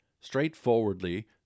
Straightforwardly